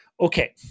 okay